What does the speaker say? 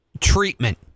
treatment